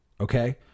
Okay